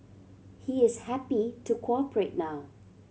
he is happy to cooperate now